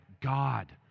God